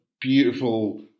beautiful